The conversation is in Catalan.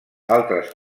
altres